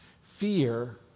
Fear